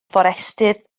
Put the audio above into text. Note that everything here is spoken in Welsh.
fforestydd